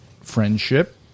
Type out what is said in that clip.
friendship